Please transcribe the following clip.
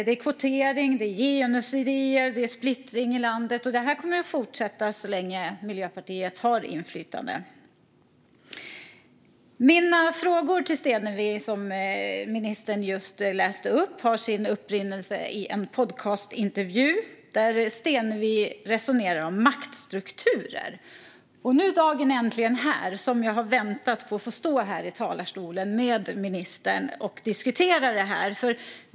Det är kvotering, det är genusidéer och splittring i landet, och det här kommer att fortsätta så länge Miljöpartiet har inflytande. Mina frågor till Stenevi, som ministern upprepade, har sin upprinnelse i en podcastintervju där Stenevi resonerar om maktstrukturer. Nu är dagen äntligen här! Som jag har väntat på att få stå här i talarstolen med ministern och diskutera.